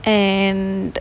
and